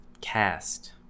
cast-